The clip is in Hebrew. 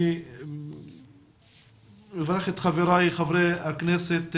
אני מברך את חבריי, חברי הכנסת,